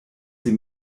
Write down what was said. sie